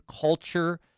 culture